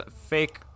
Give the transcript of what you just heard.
fake